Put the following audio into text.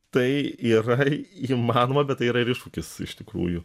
tai yra įmanoma bet tai yra ir iššūkis iš tikrųjų